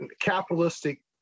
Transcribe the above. capitalistic